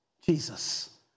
Jesus